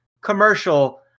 commercial